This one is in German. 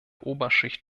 oberschicht